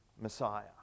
Messiah